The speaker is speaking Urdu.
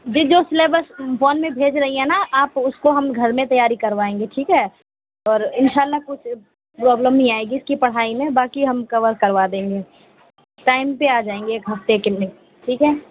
جی جو سلیبس فون میں بھیج رہی ہیں نا آپ اس کو ہم گھر میں تیاری کروائیں گے ٹھیک ہے اور انشاء اللہ کچھ پرابلم نہیں آئے گی اس کی پڑھائی میں باقی ہم کور کروا دیں گے ٹائم پہ آ جائیں گے ایک ہفتے کے لیے ٹھیک ہے